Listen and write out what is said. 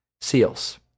SEALs